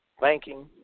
banking